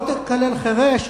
לא תקלל חירש.